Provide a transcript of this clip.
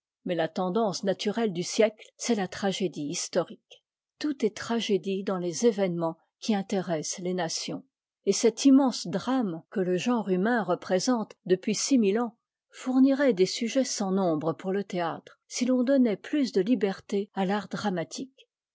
mais la tendance naturelle du siècle c'est la tragédie historique tout est tragédie dans les événements qui intéressent les nations et cet immense drame que le genre humain représente depuis six mille ans fournirait des sujets sans nombre pour le théâtre si l'on donnait plus de liberté à l'art dramatique